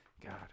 God